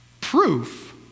Proof